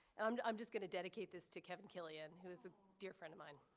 um i'm just going to dedicate this to kevin killian, who is a dear friend of mine.